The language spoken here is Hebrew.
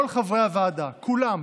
כל חברי הוועדה כולם,